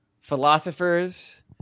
philosophers